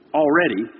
already